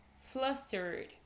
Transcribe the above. Flustered